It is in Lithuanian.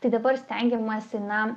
tai dabar stengiamasi na